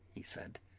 he said,